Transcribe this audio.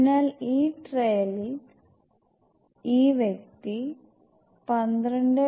അതിനാൽ ഈ ട്രയലിൽ ഈ വ്യക്തി 12